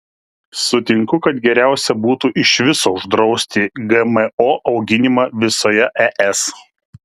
sutinku kad geriausia būtų iš viso uždrausti gmo auginimą visoje es